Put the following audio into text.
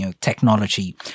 technology